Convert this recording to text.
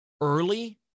early